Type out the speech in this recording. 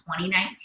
2019